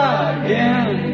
again